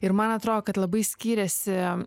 ir man atrodo kad labai skyrėsi